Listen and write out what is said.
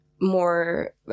more